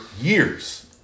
years